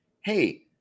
hey